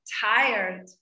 tired